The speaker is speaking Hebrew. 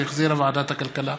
שהחזירה ועדת הכלכלה.